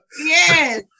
Yes